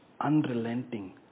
unrelenting